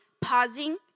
pausing